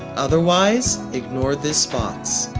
otherwise ignore this box.